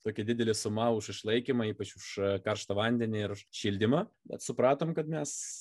tokia didelė suma už išlaikymą ypač š karštą vandenį už šildymą bet supratome kad mes